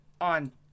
on